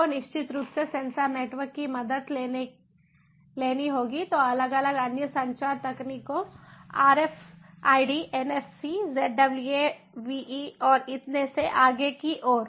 तो निश्चित रूप से सेंसर नेटवर्क की मदद लेनी होगी तो अलग अलग अन्य संचार तकनीकों RFID NFC ZWAVE और इतने से आगे की ओर